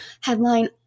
headline